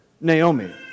Naomi